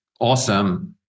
awesome